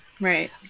Right